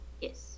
Yes